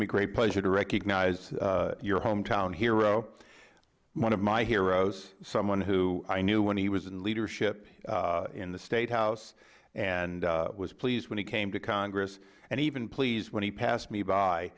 me great pleasure to recognize your hometown hero one of my heroes someone who i knew when he was in leadership in the statehouse and was pleased when he came to congress and even pleased when he passed me by